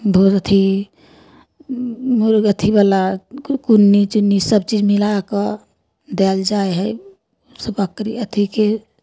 मुर्ग अथि मुर्ग अथिला कुन्नी चुन्नी सभचीज मिला कऽ दएल जाइ हइ से बकरी अथिके